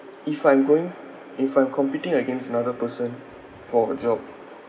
if I'm going if I'm competing against another person for a job